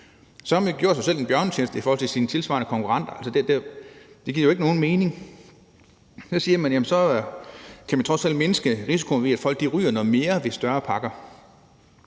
Så har man da gjort sig selv en bjørnetjeneste i forhold til sine tilsvarende konkurrenter. Altså, det giver jo ikke nogen mening. Så siger man, at så kan man trods alt mindske risikoen for, at folk ryger noget mere ved større pakker.